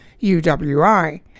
UWI